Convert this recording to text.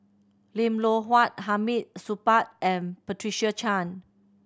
Lim Loh Huat Hamid Supaat and Patricia Chan